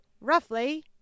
roughly